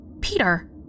Peter